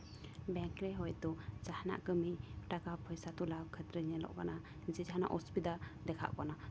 bank ᱨᱮ ᱦᱳᱭ ᱛᱚ ᱡᱟᱦᱟᱱᱟᱜ ᱠᱟᱹᱢᱤ ᱴᱟᱠᱟ ᱯᱚᱭᱥᱟ ᱛᱩᱞᱟᱹᱣ ᱠᱷᱮᱛᱨᱮ ᱨᱮ ᱧᱮᱞᱚᱜ ᱠᱟᱱᱟ ᱡᱮ ᱡᱟᱦᱟᱱᱟᱜ ᱚᱥᱩᱵᱤᱫᱟ ᱫᱮᱠᱷᱟᱜ ᱠᱟᱱᱟ